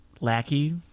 lackey